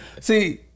See